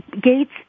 Gates